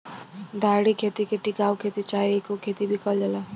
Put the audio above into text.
धारणीय खेती के टिकाऊ खेती चाहे इको खेती भी कहल जाला